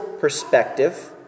perspective